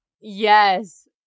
Yes